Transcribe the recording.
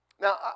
Now